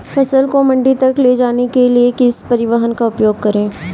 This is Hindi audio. फसल को मंडी तक ले जाने के लिए किस परिवहन का उपयोग करें?